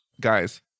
guys